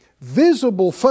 visible